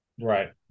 Right